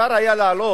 אפשר היה להעלות,